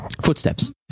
Footsteps